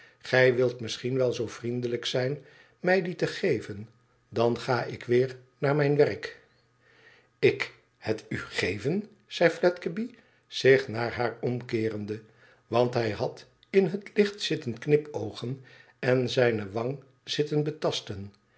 gij wilt misschien wel zoo vriendelijk zijn mij die te geven dan ga ik weer naar mijn werk ik het u geven zei fledgeby zich naar haar omkeerende want hij had in het licht zitten knipoogen en zijne wang zitten betasten